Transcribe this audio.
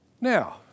Now